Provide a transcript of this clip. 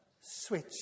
Switch